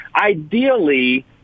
Ideally